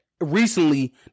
recently